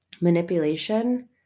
manipulation